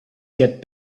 get